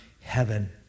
heaven